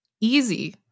Easy